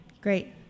Great